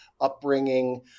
upbringing